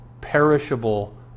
perishable